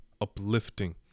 uplifting